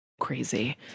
crazy